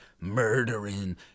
murdering